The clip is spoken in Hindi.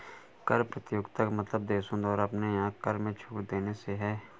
कर प्रतियोगिता का मतलब देशों द्वारा अपने यहाँ कर में छूट देने से है